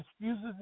excuses